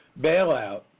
bailout